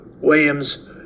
Williams